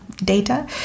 data